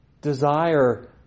Desire